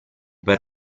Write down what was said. per